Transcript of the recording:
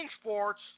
sports